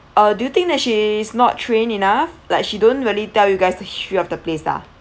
uh do you think that she is not trained enough like she don't really tell you guys the history of the place ah